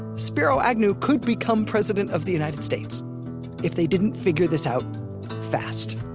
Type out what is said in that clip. spiro agnew could become president of the united states if they didn't figure this out fast